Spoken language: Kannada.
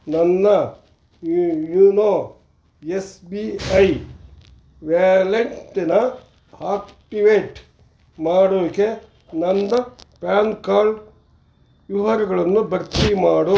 ನನ್ನ ಯೂನೋ ಎಸ್ ಬಿ ಐ ವ್ಯಾಲೆಟ್ಟನ್ನ ಹಾಕ್ಟಿವೇಟ್ ಮಾಡೋಕ್ಕೆ ನನ್ನ ಪ್ಯಾನ್ ಕಾರ್ಡ್ ವಿವರಗಳನ್ನು ಭರ್ತಿ ಮಾಡು